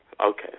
Okay